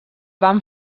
van